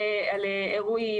על אירועים,